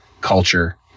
culture